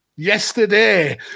yesterday